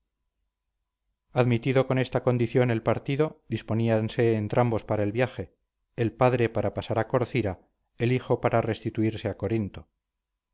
admitido con esta condición el partido disponíanse entrambos para el viaje el padre para pasar a corcira el hijo para restituirse a corinto